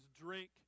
drink